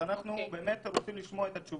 אנחנו רוצים באמת לשמוע תשובות,